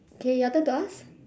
okay your turn to ask